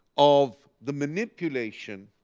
of the manipulation